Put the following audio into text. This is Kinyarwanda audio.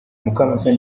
mukamusoni